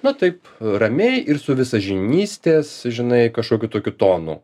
na taip ramiai ir su visažinystės žinai kažkokiu tokiu tonu